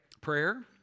Prayer